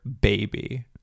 baby